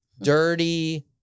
dirty